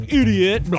idiot